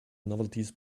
novelties